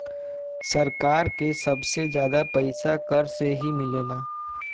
सरकार के सबसे जादा पइसा कर से ही मिलला